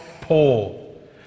Paul